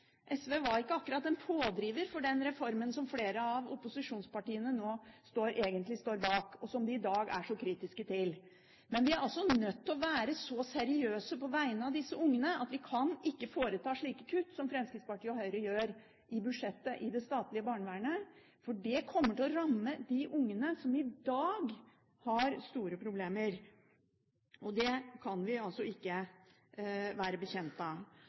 SV var ikke akkurat en pådriver for den reformen som flere av opposisjonspartiene egentlig står bak, og som de i dag er så kritiske til. Men vi er altså nødt til å være så seriøse på vegne av disse ungene at vi ikke kan foreta slike kutt som Fremskrittspartiet og Høyre gjør i budsjettet i det statlige barnevernet, for det kommer til å ramme de ungene som i dag har store problemer. Det kan vi altså ikke være